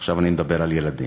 עכשיו אני מדבר על ילדים.